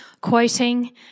quoting